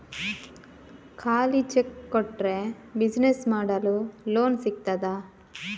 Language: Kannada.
ಖಾಲಿ ಚೆಕ್ ಕೊಟ್ರೆ ಬಿಸಿನೆಸ್ ಮಾಡಲು ಲೋನ್ ಸಿಗ್ತದಾ?